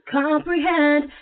comprehend